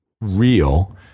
real